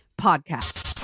Podcast